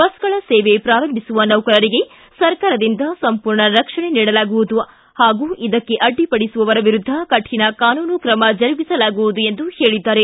ಬಸ್ಗಳ ಸೇವೆ ಪ್ರಾರಂಭಿಸುವ ನೌಕರರಿಗೆ ಸರಕಾರದಿಂದ ಸಂಪೂರ್ಣ ರಕ್ಷಣೆ ನೀಡಲಾಗುವುದು ಹಾಗೂ ಇದಕ್ಕೆ ಅಡ್ಡಿಪಡಿಸುವವರ ವಿರುದ್ಧ ಕಠಿಣ ಕಾನೂನು ಕ್ರಮ ಜರುಗಿಸಲಾಗುವುದು ಹೇಳಿದ್ದಾರೆ